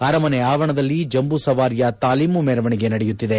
ಅರಮನೆ ಆವರಣದಲ್ಲಿ ಜಂಬೂ ಸವಾರಿಯ ತಾಲೀಮು ಮೆರವಣಿಗೆ ನಡೆಯುತ್ತಿದೆ